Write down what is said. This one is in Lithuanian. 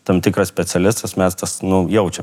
tam tikras specialistas mes tas nu jaučiam